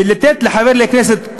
ולתת לחבר כנסת,